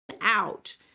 out